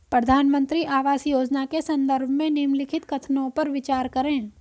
प्रधानमंत्री आवास योजना के संदर्भ में निम्नलिखित कथनों पर विचार करें?